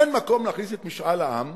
אין מקום להכניס את משאל העם